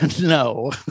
no